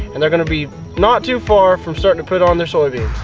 and they're going to be not too far from starting to put on their soybeans.